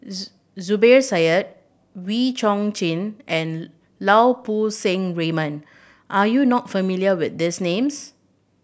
Zubir Said Wee Chong Jin and Lau Poo Seng Raymond are you not familiar with these names